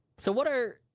so what are,